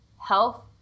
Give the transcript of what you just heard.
health